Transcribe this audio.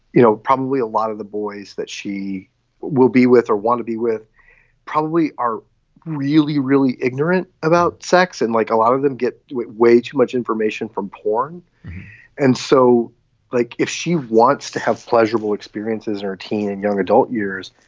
you know, probably a lot of the boys that she will be with or want to be with probably are really, really ignorant about sex. and like a lot of them get it way too much information from porn and so like if she wants to have pleasurable experiences or teen and young adult years,